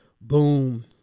boom